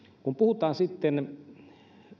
kun puhutaan sitten